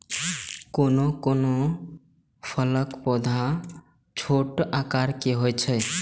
कोनो कोनो फलक पौधा छोट आकार के होइ छै